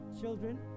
children